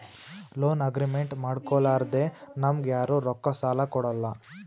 loan agreement ಮಾಡ್ಕೊಲಾರ್ದೆ ನಮ್ಗ್ ಯಾರು ರೊಕ್ಕಾ ಸಾಲ ಕೊಡಲ್ಲ